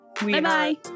bye-bye